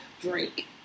Drake